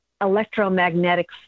electromagnetic